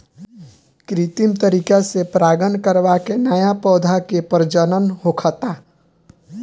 कृत्रिम तरीका से परागण करवा के न्या पौधा के प्रजनन होखता